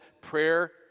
prayer